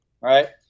right